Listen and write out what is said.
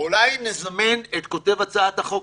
אולי נזמן את כותב הצעת החוק,